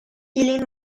ilin